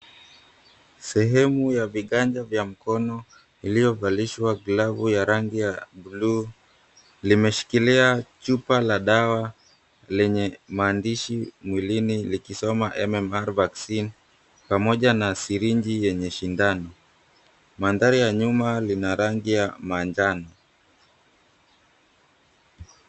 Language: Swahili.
Sehemu ya viganja vya mkono iliyovalishwa glavu ya rangi ya buluu limeshikilia chupa la dawa lenye maandishi mwilini likisoma, MMR Vaccine pamoja na sirinji yenye sindano. Mandhari ya nyuma lina rangi ya manjano.